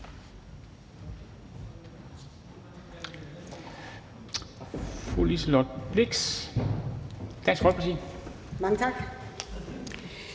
Mange tak.